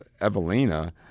Evelina